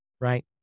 Right